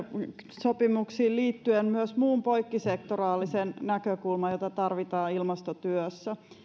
sopimuksiin liittyen myös muun poikkisektoraalisen näkökulman jota tarvitaan ilmastotyössä